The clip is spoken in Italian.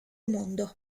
mondo